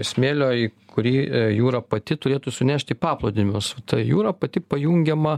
smėlio į kurį jūra pati turėtų sunešt įpaplūdimius tai jūra pati pajungiama